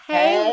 Hey